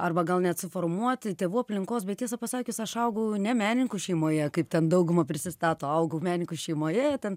arba gal net suformuoti tėvų aplinkos bet tiesą pasakius aš augau ne menininkų šeimoje kaip ten dauguma prisistato augau menininkų šeimoje ten